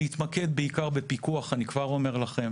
אני אתמקד בעיקר בפיקוח, אני כבר אומר לכם.